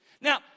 Now